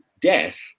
death